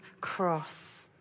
cross